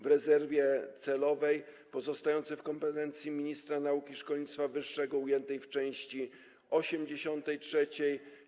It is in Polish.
W rezerwie celowej pozostającej w kompetencji ministra nauki i szkolnictwa wyższego ujętej w części 83: